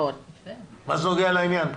מה זה נוגע לעניין פה?